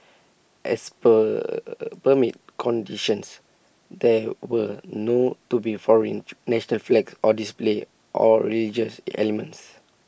as per permit conditions there were no to be foreign national flags or display or regious elements